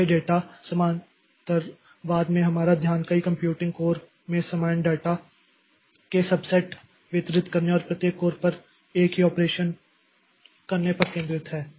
इसलिए डेटा समानांतरवाद में हमारा ध्यान कई कंप्यूटिंग कोर में समान डेटा के सबसेट वितरित करने और प्रत्येक कोर पर एक ही ऑपरेशन करने पर केंद्रित है